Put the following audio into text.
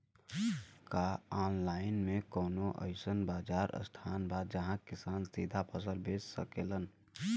का आनलाइन मे कौनो अइसन बाजार स्थान बा जहाँ किसान सीधा फसल बेच सकेलन?